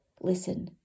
listen